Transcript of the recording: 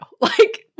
Like-